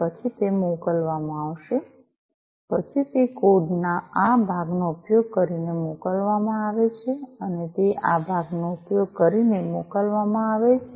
પછી તે મોકલવામાં આવે છે પછી તે કોડ ના આ ભાગનો ઉપયોગ કરીને મોકલવામાં આવે છે તે આ ભાગનો ઉપયોગ કરીને મોકલવામાં આવે છે